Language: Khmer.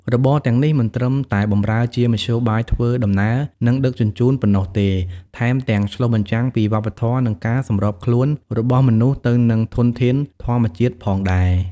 របរទាំងនេះមិនត្រឹមតែបម្រើជាមធ្យោបាយធ្វើដំណើរ និងដឹកជញ្ជូនប៉ុណ្ណោះទេ ថែមទាំងឆ្លុះបញ្ចាំងពីវប្បធម៌ និងការសម្របខ្លួនរបស់មនុស្សទៅនឹងធនធានធម្មជាតិផងដែរ។